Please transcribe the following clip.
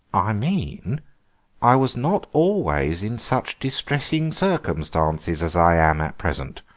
i mean i was not always in such distressing circumstances as i am at present,